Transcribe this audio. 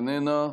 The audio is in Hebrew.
איננה.